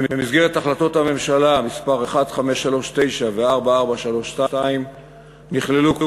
במסגרת החלטות הממשלה מס' 1539 ו-4432 נכללו כל